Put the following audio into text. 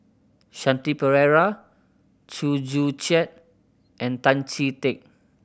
Shanti Pereira Chew Joo Chiat and Tan Chee Teck